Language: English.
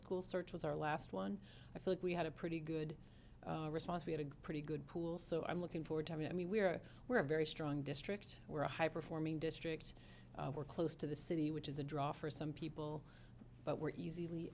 school search was our last one i think we had a pretty good response we had a pretty good pool so i'm looking forward to i mean i mean we're we're a very strong district we're a high performing district we're close to the city which is a draw for some people but we're easy